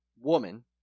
woman